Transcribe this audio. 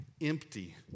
empty